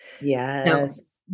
Yes